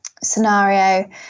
scenario